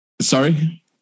Sorry